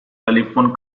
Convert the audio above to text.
telephone